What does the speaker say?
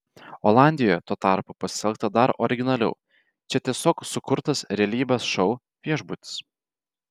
olandijoje tuo tarpu pasielgta dar originaliau čia tiesiog sukurtas realybės šou viešbutis